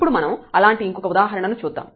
ఇప్పుడు మనం అలాంటి ఇంకొక ఉదాహరణ ను చూద్దాం